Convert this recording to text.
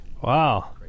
Wow